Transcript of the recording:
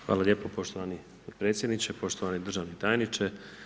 Hvala lijepo poštovani potpredsjedniče, poštovani državni tajniče.